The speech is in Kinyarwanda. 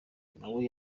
nawe